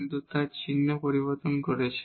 কিন্তু তার চিহ্ন পরিবর্তন করছে